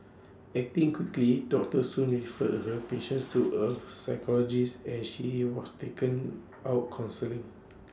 acting quickly doctor soon referred her patience to A psychologist and she he was taken out counselling